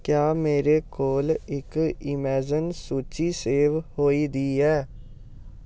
क्या मेरे कोल इक इमेज़न सूची सेव होई दी ऐ